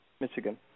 Michigan